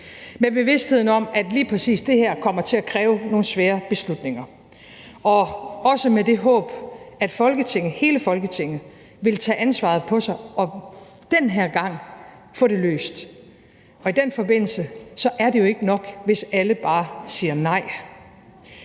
med bevidstheden om, at lige præcis det her kommer til at kræve nogle svære beslutninger, og også med det håb, at Folketinget, hele Folketinget, vil tage ansvaret på sig og den her gang få det løst. Og i den forbindelse er det jo ikke nok, hvis alle bare siger nej.